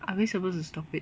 are we supposed to stop it